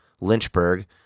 Lynchburg